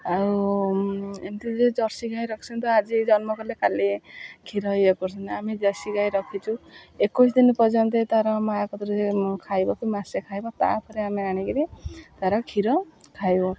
ଆଉ ଏମିତି ଯେ ଜର୍ଶି ଗାଈ ରଖିଛନ୍ତି ଆଜି ଜନ୍ମ କଲେ କାଲି କ୍ଷୀର ଇଏ କରୁଛନ୍ତି ଆମେ ଜର୍ଶି ଗାଈ ରଖିଛୁ ଏକୋଇଶି ଦିନ ପର୍ଯ୍ୟନ୍ତ ତା'ର ମାଆ କତିରେ ଖାଇବାକୁ ମାସେ ଖାଇବ ତା'ପରେ ଆମେ ଆଣିକିରି ତା'ର କ୍ଷୀର ଖାଇବ